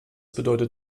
bedeutet